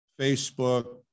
Facebook